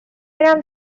میرم